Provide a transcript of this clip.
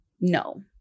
no